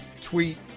tweet